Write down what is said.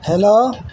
hello